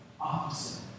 opposite